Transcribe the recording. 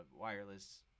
wireless